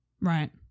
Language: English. right